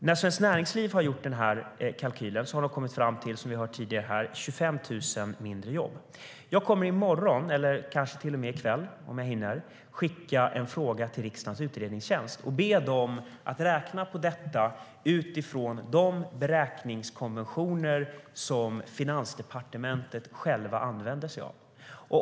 När Svenskt Näringsliv har gjort motsvarande kalkyl har de kommit fram till, som vi har hört tidigare här, att det blir 25 000 färre jobb. Jag kommer i morgon, eller kanske till och med i kväll om jag hinner, att skicka en fråga till riksdagens utredningstjänst och be dem att räkna på detta utifrån de beräkningskonventioner som Finansdepartementet själva använder sig av.